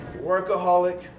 Workaholic